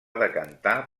decantar